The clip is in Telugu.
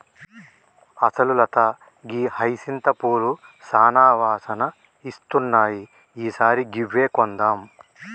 అసలు లత గీ హైసింత పూలు సానా వాసన ఇస్తున్నాయి ఈ సారి గివ్వే కొందాం